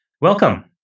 Welcome